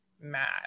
mad